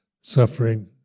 suffering